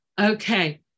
Okay